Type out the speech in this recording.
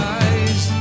eyes